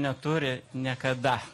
neturi niekada